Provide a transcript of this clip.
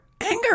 anger